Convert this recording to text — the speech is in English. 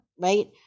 right